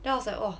then I was like oh